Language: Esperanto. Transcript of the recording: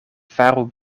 faru